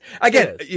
again